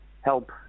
help